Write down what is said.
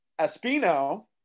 Espino